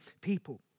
people